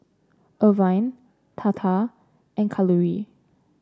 Arvind Tata and Kalluri